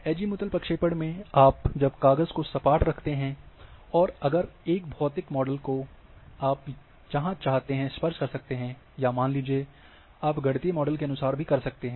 azimuthal प्रक्षेपण में जब आप काग़ज़ को सपाट रखते हैं और अगर यह एक भौतिक मॉडल है तो आप जहाँ चाहते हैं स्पर्श कर सकते हैं या मान लीजिए आप गणितीय मॉडल के अनुसार भी कर सकते हैं